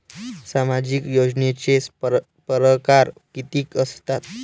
सामाजिक योजनेचे परकार कितीक असतात?